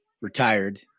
retired